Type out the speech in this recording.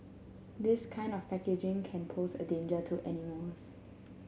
this kind of packaging can pose a danger to animals